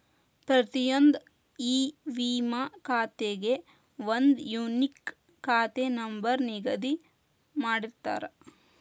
ಪ್ರತಿಯೊಂದ್ ಇ ವಿಮಾ ಖಾತೆಗೆ ಒಂದ್ ಯೂನಿಕ್ ಖಾತೆ ನಂಬರ್ ನಿಗದಿ ಮಾಡಿರ್ತಾರ